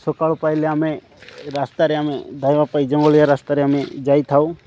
ସକାଳ ପାଇଲେ ଆମେ ରାସ୍ତାରେ ଆମେ ଧାଇଁବା ପାଇଁ ଜଙ୍ଗଳିଆ ରାସ୍ତାରେ ଆମେ ଯାଇଥାଉ